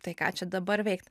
tai ką čia dabar veikt